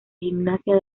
gimnasia